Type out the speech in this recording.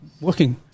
working